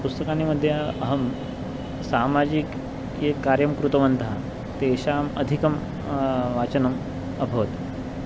पुस्तकानि मध्ये अहं सामाजिकं ये कार्यं कृतवन्तः तेषाम् अधिकं वाचनम् अभवत्